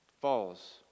falls